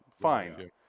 Fine